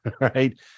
right